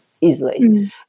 easily